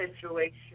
situation